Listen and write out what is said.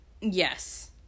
Yes